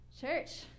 Church